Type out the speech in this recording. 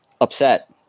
upset